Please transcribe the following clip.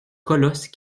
colosse